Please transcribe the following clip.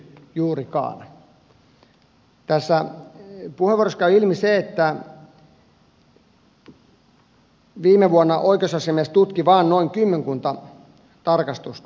tässä puheenvuorossa käy ilmi se että viime vuonna oikeusasiamies tutki vain noin kymmenkunta tarkastusta